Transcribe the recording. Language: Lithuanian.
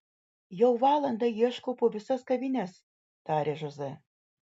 jau valandą ieškau po visas kavines tarė žozė